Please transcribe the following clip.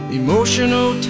emotional